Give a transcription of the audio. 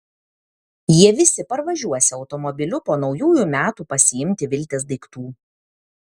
jie visi parvažiuosią automobiliu po naujųjų metų pasiimti viltės daiktų